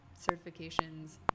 Certifications